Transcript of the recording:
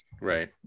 right